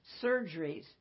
surgeries